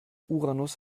uranus